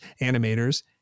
animators